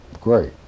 great